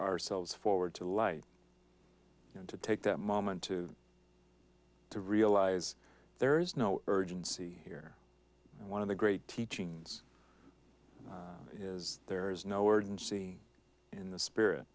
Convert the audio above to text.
ourselves forward to light to take that moment to to realize there is no urgency here and one of the great teachings is there is no word and see in the spirit